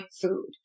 food